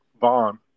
Vaughn